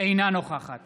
אינה נוכחת